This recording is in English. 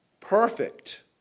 perfect